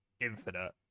infinite